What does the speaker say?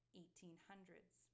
1800s